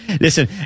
listen